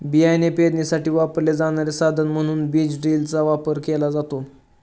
बियाणे पेरणीसाठी वापरले जाणारे साधन म्हणून बीज ड्रिलचा वापर केला जातो